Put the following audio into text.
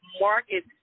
market